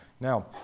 Now